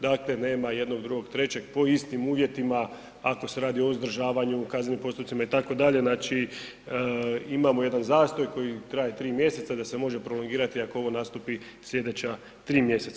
Dakle nema jednog, drugog, trećeg, po istim uvjetima, ako se radi o uzdržavanju, kaznenim postupcima, itd., znači imamo jedan zastoj koji traje 3 mjeseca, da se može prolongirati ako ovo nastupi sljedeća 3 mjeseca.